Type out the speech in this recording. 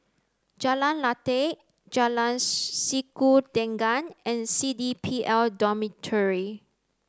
Jalan Lateh Jalan Sikudangan and C D P L Dormitory